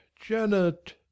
janet